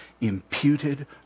imputed